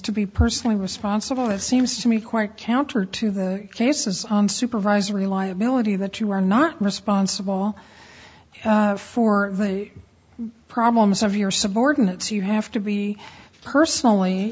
to be personally responsible it seems to me quite counter to the cases on supervisory liability that you are not responsible for the problems of your subordinates you have to be personally